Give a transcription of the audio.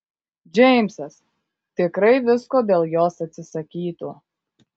džeimsas tikrai visko dėl jos atsisakytų